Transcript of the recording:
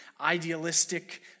idealistic